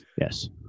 yes